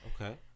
Okay